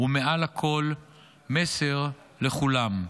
ומעל הכול מסר לכולם,